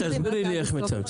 תסבירי לי איך מצמצם.